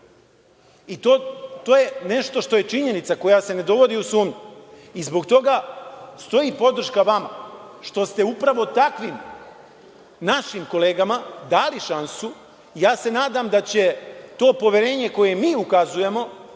je nešto što je činjenica koja se ne dovodi u sumnju. Zbog toga stoji podrška vama što ste upravo takvim našim kolegama dali šansu i ja se nadam da će to poverenje koje mi ukazujemo